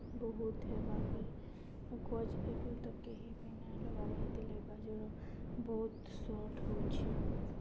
ବହୁତ୍ ହେବା ବିି ଆଉ ଗଛ୍ ଏବେ ତକ୍ କେହି ବି ନାଇଁ ଲଗାବାର୍ ହେତିର୍ଲାଗି ଏକା ଜଳ ବହୁତ୍ ସଟ୍ ହଉଛେ